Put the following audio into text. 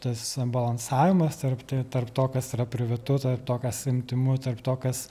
tas balansavimas tarp t to kas yra privatu to kas intymu tarp to kas